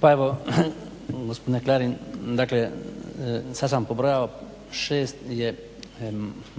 Pa evo, gospodine Klarin, dakle sad sam pobrojao 6 je